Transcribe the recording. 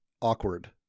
awkward